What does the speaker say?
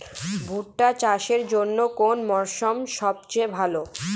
ভুট্টা চাষের জন্যে কোন মরশুম সবচেয়ে ভালো?